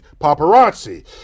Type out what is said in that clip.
paparazzi